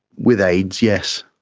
with aids, yes.